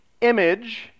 Image